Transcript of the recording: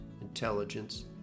intelligence